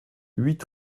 huit